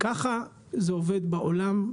ככה זה עובד בעולם.